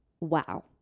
wow